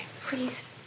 Please